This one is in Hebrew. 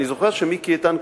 אני זוכר שמיקי איתן,